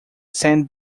saint